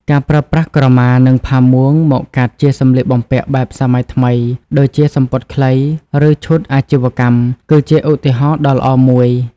ការប្រើប្រាស់ ក្រមា និងផាមួង មកកាត់ជាសម្លៀកបំពាក់បែបសម័យថ្មីដូចជាសំពត់ខ្លី ឬឈុតអាជីវកម្ម គឺជាឧទាហរណ៍ដ៏ល្អមួយ។